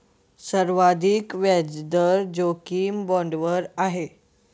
सर्वाधिक व्याजदर जोखीम बाँडवर आहे